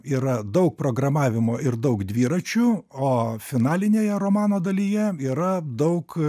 yra daug programavimo ir daug dviračių o finalinėje romano dalyje yra daug